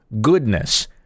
goodness